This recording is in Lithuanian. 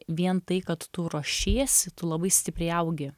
vien tai kad tu ruošiesi tu labai stipriai augi